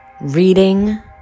reading